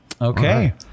Okay